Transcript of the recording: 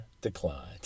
declined